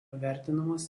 vertinamas